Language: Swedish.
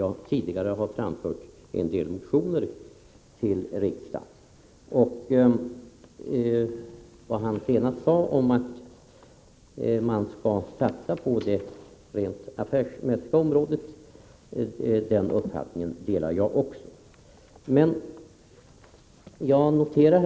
Med stöd av 108 länsstyrelseinstruktionen har halva barockparken m.m. vid Drottning holms slott avspärrats. Större delen av strandlinjen är avspärrad.